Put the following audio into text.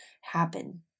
happen